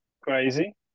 crazy